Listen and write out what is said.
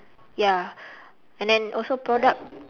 ya and then also product